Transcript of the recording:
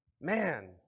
man